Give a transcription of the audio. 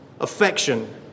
affection